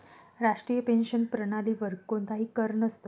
राष्ट्रीय पेन्शन प्रणालीवर कोणताही कर नसतो